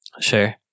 sure